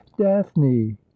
daphne